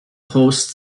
hosts